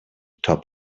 top